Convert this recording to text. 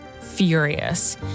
furious